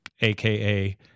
aka